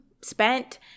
spent